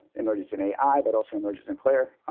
emergence in ai, but also emergence in player